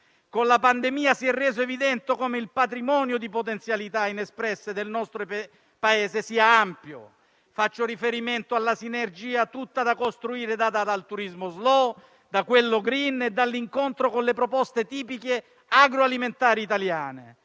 con la pandemia si è reso evidente come il patrimonio di potenzialità inespresse del nostro Paese sia ampio. Faccio riferimento alla sinergia, tutta da costruire, data dal turismo *slow*, da quello *green* e dall'incontro con le proposte tipiche agroalimentari italiane